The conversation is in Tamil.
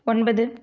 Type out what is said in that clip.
ஒன்பது